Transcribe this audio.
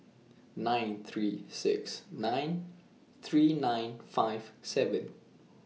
nine three six nine three nine five seven